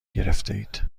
گرفتهاید